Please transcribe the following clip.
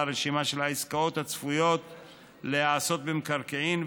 רשימה של העסקאות הצפויות להיעשות במקרקעין,